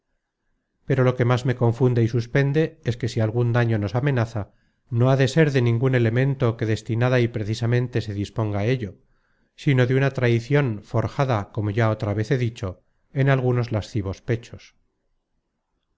pero lo que más me confunde y suspende es que si algun daño nos amenaza no ha de ser de ningun elemento que destinada y precisamente se disponga á ello sino de una traicion forjada como ya otra vez he dicho en algunos lascivos pechos